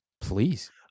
Please